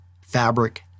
fabric